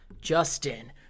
Justin